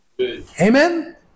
Amen